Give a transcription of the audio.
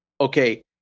Okay